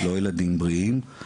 לא ילדים בריאים.